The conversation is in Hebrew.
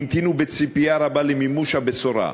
המתינו בציפייה רבה למימוש הבשורה.